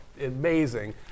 amazing